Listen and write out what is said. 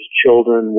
children